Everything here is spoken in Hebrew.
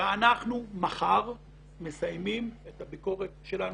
ואנחנו מחר מסיימים את הביקורת שלנו.